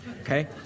Okay